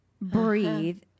breathe